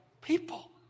people